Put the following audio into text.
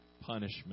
punishment